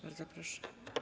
Bardzo proszę.